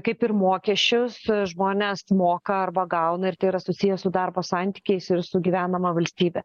kaip ir mokesčius žmonės moka arba gauna ir tai yra susiję su darbo santykiais ir su gyvenama valstybe